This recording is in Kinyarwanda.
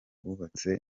wubatse